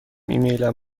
ایمیلم